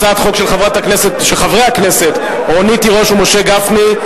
הצעת חוק של חברי הכנסת רונית תירוש ומשה גפני.